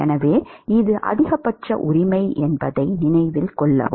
எனவே இது அதிகபட்ச உரிமை என்பதை நினைவில் கொள்ளவும்